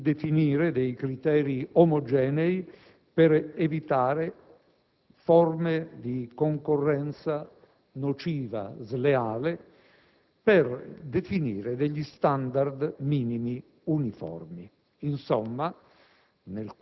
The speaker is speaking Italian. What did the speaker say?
Di cosa si tratta in particolare? Di omogeneizzare le regole di vigilanza, prudenziale sulla stabilità degli intermediari; di definire dei criteri omogenei per evitare